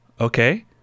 Okay